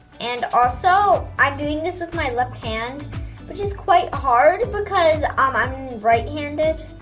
and also i'm doing this with my left hand which is quite hard, because um i'm and and right-handed.